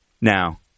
Now